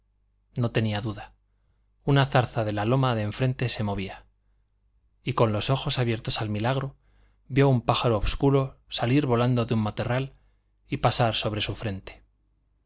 no tenía duda una zarza de la loma de enfrente se movía y con los ojos abiertos al milagro vio un pájaro obscuro salir volando de un matorral y pasar sobre su frente